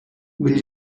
will